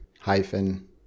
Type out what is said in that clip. hyphen